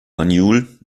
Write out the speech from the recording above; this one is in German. banjul